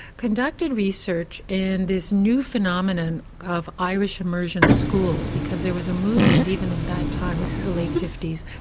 conducted research in this new phenomenon of irish immersion schools because there was a movement even at that time, this is the late fifty s,